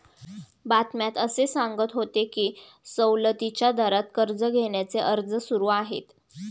बातम्यात असे सांगत होते की सवलतीच्या दरात कर्ज घेण्याचे अर्ज सुरू आहेत